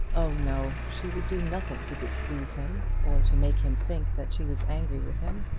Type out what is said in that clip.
oh no she would do nothing to displease him, or to make him think that she was angry with him.